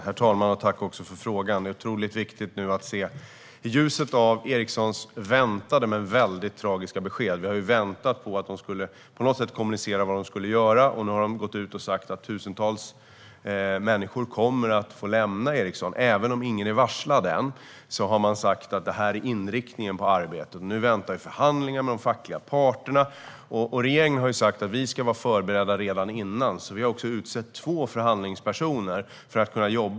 Herr talman! Jag tackar Maria Andersson Willner för frågan. Vi har väntat på att Ericsson skulle kommunicera vad de skulle göra, och nu har de sagt att tusentals människor kommer att få lämna Ericsson. Även om ingen är varslad än har Ericsson sagt att detta är inriktningen på arbetet. Nu väntar förhandlingar med de fackliga parterna. Vi i regeringen har sagt att vi vill vara förberedda redan innan, så vi har utsett två förhandlingspersoner.